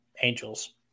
angels